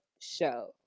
show